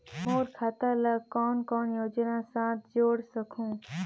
मोर खाता ला कौन कौन योजना साथ जोड़ सकहुं?